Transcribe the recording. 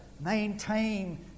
maintain